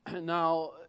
Now